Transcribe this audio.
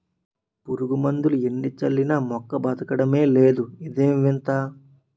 పురుగుమందులు ఎన్ని చల్లినా మొక్క బదకడమే లేదు ఇదేం వింత?